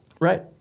Right